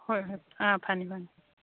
ꯍꯣꯏ ꯍꯣꯏ ꯑꯥ ꯐꯅꯤ ꯐꯅꯤ